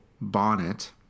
bonnet